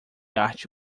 arte